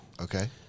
Okay